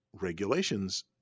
regulations